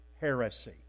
heresy